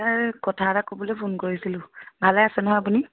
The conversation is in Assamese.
ছাৰ কথা এটা ক'বলৈ ফোন কৰিছিলোঁ ভালে আছে নহয় আপুনি